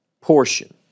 portion